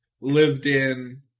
lived-in